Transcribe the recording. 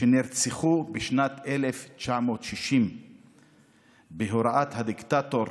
שנרצחו בשנת 1960 בהוראת הדיקטטור